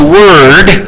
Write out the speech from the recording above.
word